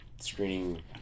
screening